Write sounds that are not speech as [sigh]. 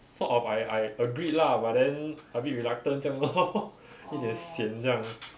sort of I I agreed lah but then a bit reluctant 这样 lor [laughs] 一点 sian 这样